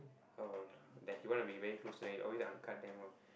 all then he want to be very close to them he always angkat them loh